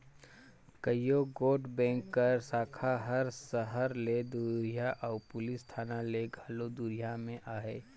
कइयो गोट बेंक कर साखा हर सहर ले दुरिहां अउ पुलिस थाना ले घलो दुरिहां में अहे